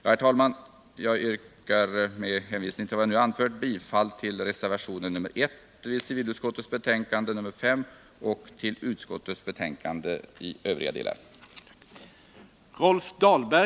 Herr talman! Jag yrkar bifall till reservationen 1 vid civilutskottets betänkande nr 5 och till utskottets hemställan i övriga delar.